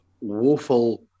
woeful